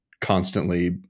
constantly